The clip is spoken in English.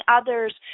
others